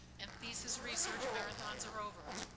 and thesis research marathons are over,